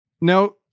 Now